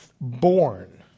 born